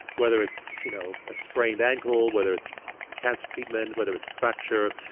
whether it's you know a sprained ankle, whether it's cancer treatment whether it's a fracture,